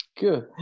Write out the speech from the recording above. Good